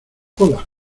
hola